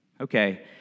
Okay